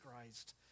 Christ